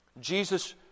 Jesus